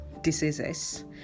diseases